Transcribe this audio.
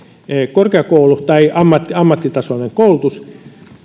korkeakoulu tai ammattitasoinen koulutus